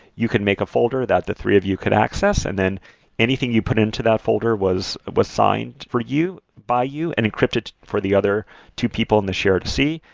you can make a folder that the three of you could access, and then anything you put into that folder was was signed for you, by you and encrypted for the other two people in the share to see,